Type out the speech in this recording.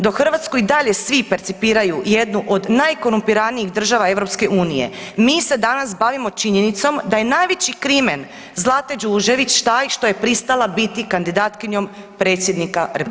Dok Hrvatsku i dalje svi percipiraju jednu od najkorumpiranijih država EU mi se danas bavimo činjenicom da je najveći crimen Zlate Đurđević taj što je pristala biti kandidatkinjom predsjednika RH.